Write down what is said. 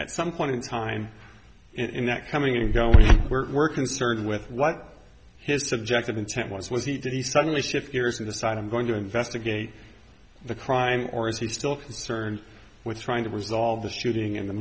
at some point in time and not coming and going where we're concerned with what his subjective intent was was he did he suddenly shift gears to the side i'm going to investigate the crime or is he still concerned with trying to resolve the shooting and the